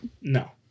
No